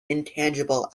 intangible